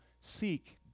seek